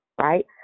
right